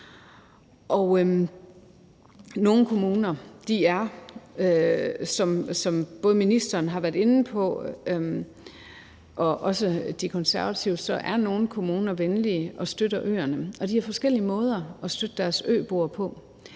Nogle kommuner er, som både ministeren og De Konservative har været inde på, venlige og støtter øerne, og de har forskellige måder at støtte deres øboere på.